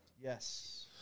Yes